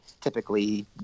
typically